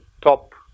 top